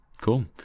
cool